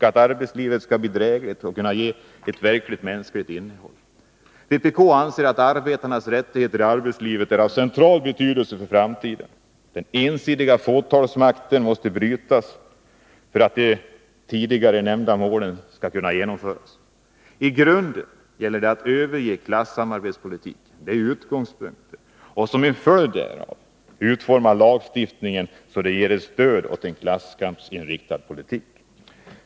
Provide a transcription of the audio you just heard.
Arbetslivet skall bli drägligt och ha mänskligt innehåll. Vpk anser att arbetarnas rättigheter i arbetslivet är av central betydelse för framtiden. Den ensidiga fåtalsmakten måste brytas för att de tidigare nämnda målen skall kunna uppnås. Det gäller att i grunden överge klassamarbetspolitiken — det är utgångspunkten — och som en följd därav utforma lagstiftningen så att den ger stöd åt en klasskampsinriktad politik.